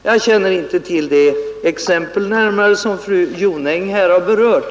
Jag känner inte närmare till det exempel som fru Jonäng berört.